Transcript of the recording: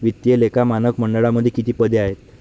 वित्तीय लेखा मानक मंडळामध्ये किती पदे आहेत?